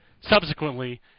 subsequently